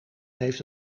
heeft